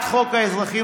ליושב-ראש?